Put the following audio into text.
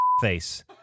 Face